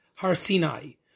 Harsinai